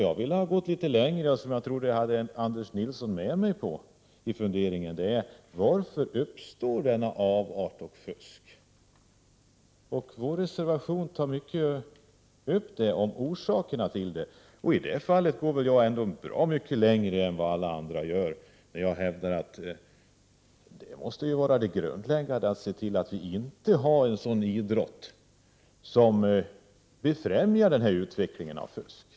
Jag ville gå litet längre och trodde att jag hade Anders Nilsson med mig när jag frågar: Varför uppstår denna avart? Vår reservation tar upp mycket om orsakerna bakom. I det fallet går jag väl bra mycket längre än andra, när jag hävdar att det måste vara grundläggande att se till att vi inte har en idrott som befrämjar denna utveckling av fusk.